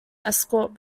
escort